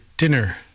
Dinner